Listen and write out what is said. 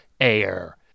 air